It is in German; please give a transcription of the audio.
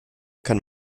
kann